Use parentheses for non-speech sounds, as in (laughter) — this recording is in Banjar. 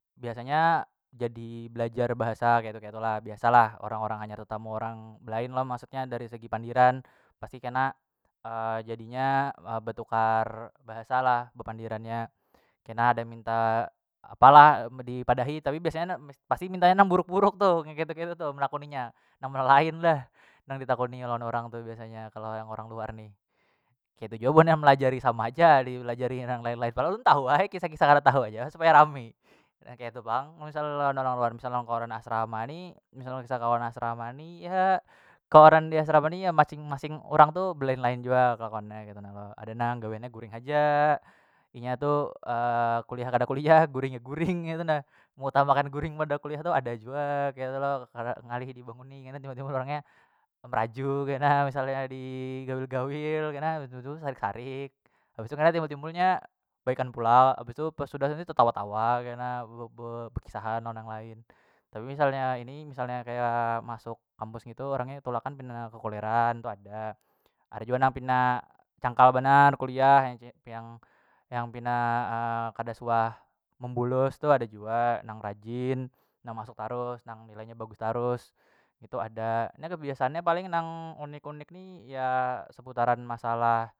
Biasanya jadi belajar bahasa ketu- ketu lah biasa lah orang- orang hanyar tetamu orang belain lo maksudnya dari segi pandiran pasti kena (hesitation) jadinya (hesitation) batukar bahasa lah bapandirannya kena ada yang minta apa lah di padahi tapi biasanya pasti mintanya nang buruk- buruk tu nang ketu- ketu tu menakuni nya nang melelain dah nang ditakuni lawan orang tu biasanya kalau yang orang luar nih, ketu jua buannya melajari sama aja dilajari nang lain- lain padahal ulun tahu ai kisah- kisah kada tahu haja supaya rami nah ketu pang mun misal lawan orang luar misal lawan kawanan asrama ni misal (unintelligible) kawanan asrama ni ya kawanan di asrama ni ya masing- masing urang tu belelain jua kelakuannya ketu na lo ada nang gawiannya guring haja inya tu (hesitation) kuliah kada kuliah guring ya guring ketu nah mengutamakan guring pada kuliah tu ada jua ketu lo (hesitation) ngalih dibanguni kena timbul- timbul orang nya meraju kena misal nya di gawil- gawil kena timbul- timbul sarik- sarik habis tu kena timbul- timbul nya baikan pulang lo bistu pas sudah tetawa- tawa kena bekisahan lawan yang lain tapi misalnya ini misalnya kaya masuk kampus ngitu orang nya tulakan pina kekuleran tu ada, ada jua nang pina cangkal banar kuliah yang yang pina (hesitation) kada suah membolos tu ada jua nang rajin nang masuk tarus nang nilai nya bagus tarus ngitu ada na kebiasaannya paling nang unik- unik ni seputaran masalah.